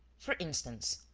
for instance,